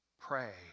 pray